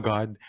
God